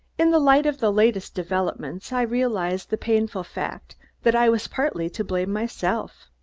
in the light of the latest developments, i realized the painful fact that i was partly to blame myself.